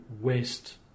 west